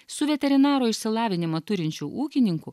su veterinaro išsilavinimą turinčių ūkininku